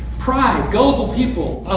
pride, gullible people,